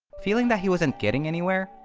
feeling that he wasn't getting anywhere,